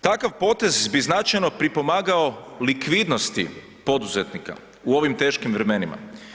Takav potez bi značajno pripomagao likvidnosti poduzetnika u ovim teškim vremenima.